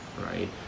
right